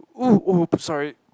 !oo! !oops! sorry